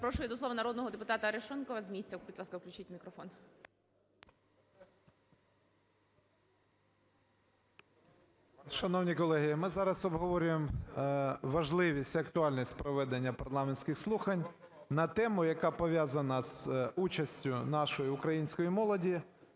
Запрошую до слова народного депутата Арешонкова. З місця, будь ласка, включіть мікрофон. 12:56:57 АРЕШОНКОВ В.Ю. Шановні колеги, ми зараз обговорюємо важливість і актуальність проведення парламентських слухань на тему, яка пов'язана з участю нашої української молоді